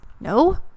No